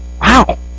Wow